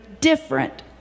different